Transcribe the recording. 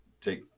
take